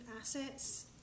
assets